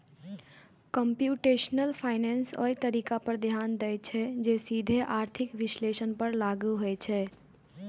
computational finance ओइ तरीका पर ध्यान दै छै, जे सीधे आर्थिक विश्लेषण पर लागू होइ छै